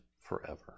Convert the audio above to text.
forever